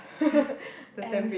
and